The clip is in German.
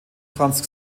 franz